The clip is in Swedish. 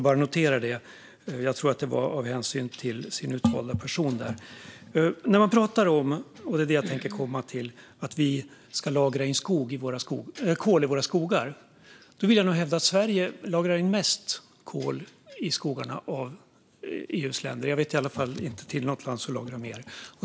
Jag noterade bara det, och jag tror att det var av hänsyn till deras utvalde person. Jag vill komma till det här med att lagra kol i våra skogar. Jag vill hävda att Sverige lagrar mest kol i skogarna av EU:s länder. Jag känner i alla fall inte till något land som lagrar mer.